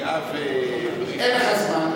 פגיעה, אין לך זמן.